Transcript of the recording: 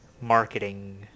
marketing